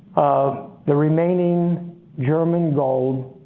the remaining german gold.